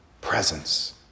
presence